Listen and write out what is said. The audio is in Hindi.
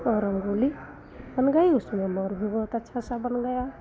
ओ रंगोली बन गई उसमें मोर भी बहुत अच्छा सा बना गया